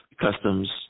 customs